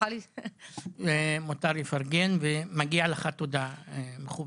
מותר לפרגן ומגיעה לך תודה, מכובדי.